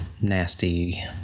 nasty